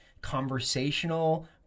conversational